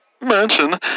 mansion